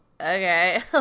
okay